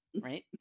Right